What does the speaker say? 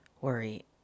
worry